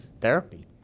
therapy